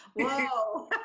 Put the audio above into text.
Whoa